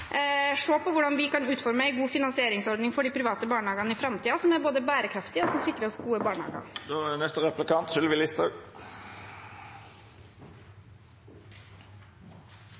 på hvordan vi kan utforme en god finansieringsordning for de private barnehagene i framtiden som både er bærekraftig og sikrer oss gode barnehager.